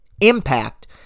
impact